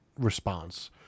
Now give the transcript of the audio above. response